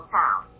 town